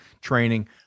training